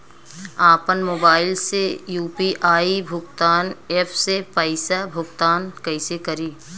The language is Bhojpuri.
आपन मोबाइल से यू.पी.आई भुगतान ऐपसे पईसा भुगतान कइसे करि?